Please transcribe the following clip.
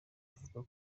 avuga